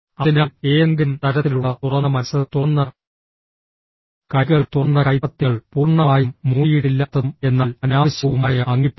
അതിനാൽ ഏതെങ്കിലും തരത്തിലുള്ള തുറന്ന മനസ്സ് തുറന്ന കൈകൾ തുറന്ന കൈപ്പത്തികൾ പൂർണ്ണമായും മൂടിയിട്ടില്ലാത്തതും എന്നാൽ അനാവശ്യവുമായ അങ്കി പോലും